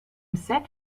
set